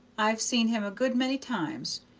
i've seen him a good many times.